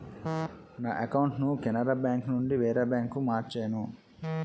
నా అకౌంటును కెనరా బేంకునుండి వేరే బాంకుకు మార్చేను